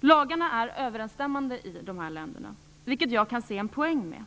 Lagarna i dessa länder är i överensstämmelse med varandra, något som jag kan se en poäng med.